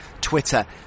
twitter